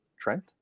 Trent